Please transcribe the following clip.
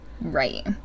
Right